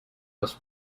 los